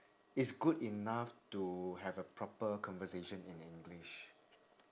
is good enough to have a proper conversation in english